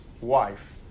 wife